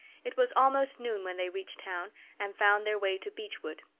it was almost noon when they reached town and found their way to beechwood.